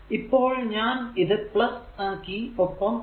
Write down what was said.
ഇപ്പോൾ ഞാൻ ഇത് ആക്കി ഒപ്പം ഇത്